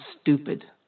stupid